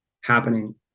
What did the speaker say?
happening